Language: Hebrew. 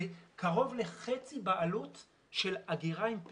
זה קרוב לחצי בעלות של אגירה עם פי.וי.